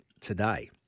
today